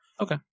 Okay